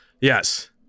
Yes